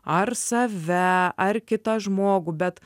ar save ar kitą žmogų bet